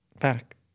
back